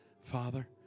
Father